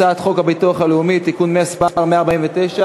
הצעת חוק הביטוח הלאומי (תיקון מס' 149),